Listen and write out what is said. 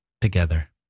together